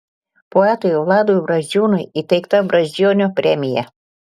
poetui vladui braziūnui įteikta brazdžionio premija